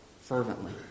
Fervently